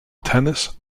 tennis